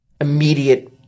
immediate